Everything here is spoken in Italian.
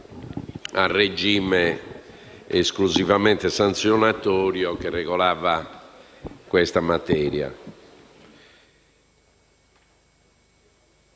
grazie.